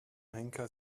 henker